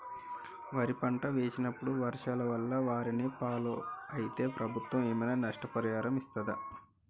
వరి పంట వేసినప్పుడు వర్షాల వల్ల వారిని ఫాలో అయితే ప్రభుత్వం ఏమైనా నష్టపరిహారం ఇస్తదా?